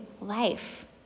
life